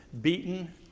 beaten